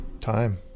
time